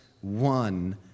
one